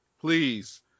please